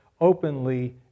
openly